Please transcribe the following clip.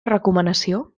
recomanació